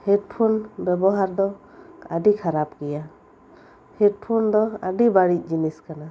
headphone ᱵᱮᱵᱚᱦᱟᱨ ᱫᱚ ᱟᱹᱰᱤ ᱠᱷᱟᱨᱟᱯ ᱜᱮᱭᱟ ᱦᱮᱰᱯᱷᱳᱱ ᱫᱚ ᱟᱹᱰᱤ ᱵᱟᱹᱲᱤᱡ ᱡᱤᱱᱤᱥ ᱠᱟᱱᱟ